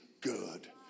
good